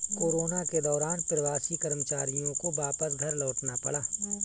corona के दौरान प्रवासी कर्मचारियों को वापस घर लौटना पड़ा